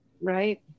right